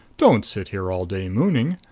don't sit here all day mooning.